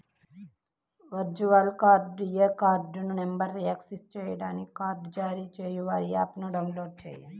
virtual కార్డ్ని card నంబర్ను access చేయడానికి కార్డ్ జారీ చేసేవారి యాప్ని డౌన్లోడ్ చేయండి